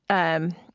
um,